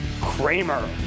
Kramer